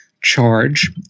charge